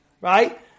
right